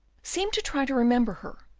seemed to try to remember her,